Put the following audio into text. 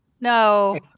No